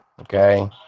Okay